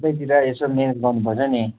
उतैतिर यसो म्यानेज गर्नु पर्छ नि